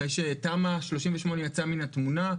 אחרי שתמ"א 38 יצא מן התמונה,